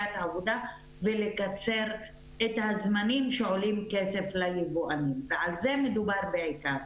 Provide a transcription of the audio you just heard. את העבודה ולקצר את הזמנים שעולים כסף ליבואנים ועל זה מדובר בעיקר.